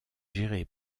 gérée